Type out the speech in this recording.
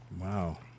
Wow